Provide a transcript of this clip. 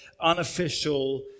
unofficial